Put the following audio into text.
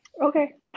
okay